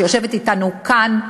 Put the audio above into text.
שיושבת אתנו כאן,